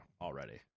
already